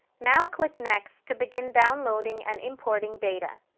now, click next to begin downloading and importing data.